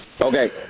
Okay